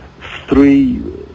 three